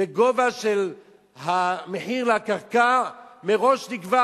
וגובה מחיר הקרקע נקבע